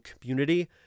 community